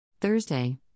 Thursday